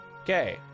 Okay